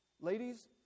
Ladies